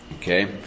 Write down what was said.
Okay